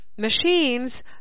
machines